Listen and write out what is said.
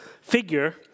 figure